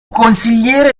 consigliere